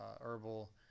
herbal